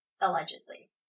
allegedly